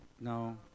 no